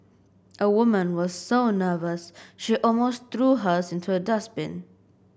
a woman was so nervous she almost threw hers into a dustbin